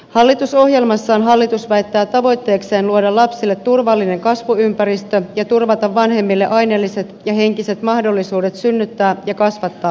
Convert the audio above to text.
hallitusohjelmassa hallitus väittää tavoitteekseen luoda lapsille turvallinen kasvuympäristö ja turvata vanhemmille aineelliset ja henkiset mahdollisuudet synnyttää ja kasvata